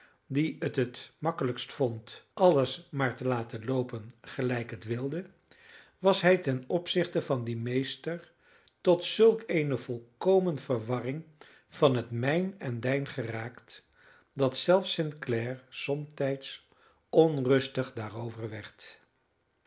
die het t gemakkelijkst vond alles maar te laten loopen gelijk het wilde was hij ten opzichte van dien meester tot zulk eene volkomen verwarring van het mijn en dijn geraakt dat zelfs st clare somtijds onrustig daarover werd